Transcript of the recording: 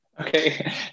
okay